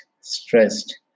stressed